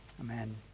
Amen